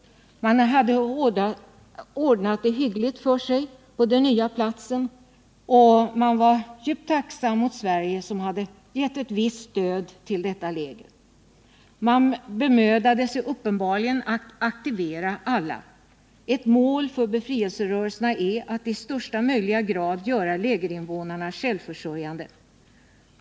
Man hade ordnat det hyggligt för sig på den nya platsen, och man var djupt tacksam mot Sverige som hade gett ett visst stöd till detta läger. Man bemödade sig uppenbarligen att aktivera alla. Ett mål för befrielserörelserna är att i högsta möjliga grad göra lägerinvånarna självförsörjande.